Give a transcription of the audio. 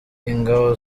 ingabo